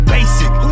Basic